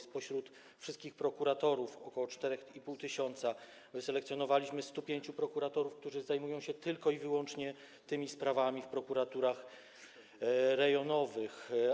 Spośród wszystkich prokuratorów, ok. 4,5 tys., wyselekcjonowaliśmy 105 prokuratorów, którzy zajmują się tylko i wyłącznie tymi sprawami w prokuraturach rejonowych.